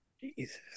Jesus